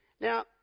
Now